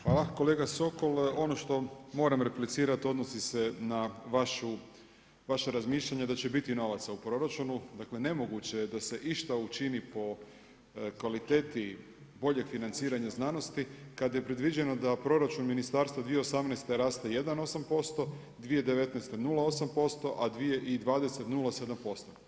Hvala kolega Sokol, ono što moram replicirati, odnosi se na vaše razmišljanje da će biti novaca u proračunu, dakle, nemoguće je da se išta učini po kvaliteti boljeg financiranja znanosti, kad je predviđeno da proračun ministarstva 2018. raste 1,8%, 2019. 0,8%, a 2020. 0,7%